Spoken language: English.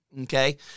Okay